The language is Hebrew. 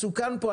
מסוכן פה,